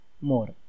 more